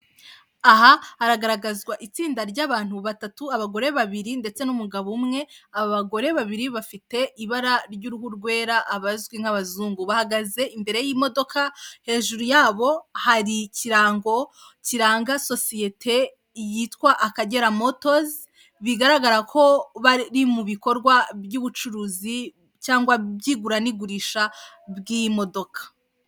Aha hagaragazwa itsinda ry'abantu batatu abagore babiri ndetse n'umugabo umwe, aba bagore babiri bafite ibara ry'uruhu rwera bazwi nk'abazungu, bahagaze imbere y'imodoka hejuru yabo hari ikirango kiranga sosiyete yitwa akagera motozi, bigaragara ko bari mu bikorwa by'ubucuruzi cyangwa by'igura'igurisha bw'imodoka.